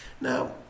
Now